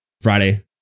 Friday